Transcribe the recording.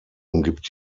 umgibt